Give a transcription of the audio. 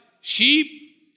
sheep